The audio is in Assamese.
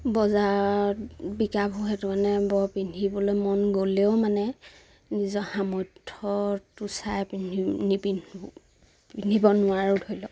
বজাৰত বিকাবোৰ সেইটো কাৰণে মানে বৰ পিন্ধিবলৈ মন গ'লেও মানে নিজৰ সামৰ্থ্যটো চাই পিন্ধি নিপিন্ধো পিন্ধিব নোৱাৰোঁ ধৰি লওক